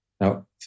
Now